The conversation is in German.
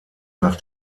nach